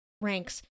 ranks